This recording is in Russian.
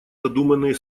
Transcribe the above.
задуманные